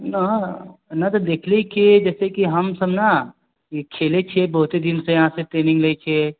हँ देखली कि जैसे कि हमसब न ई खेलै छियै बहुते दिन से यहाँ से ट्रेनिंग लै छियै